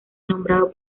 nombrado